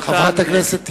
חברת הכנסת תירוש,